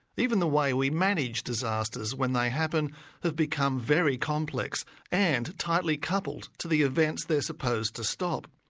even the way we manage disasters when they happen have become very complex and tightly coupled to the events they're supposed to stop.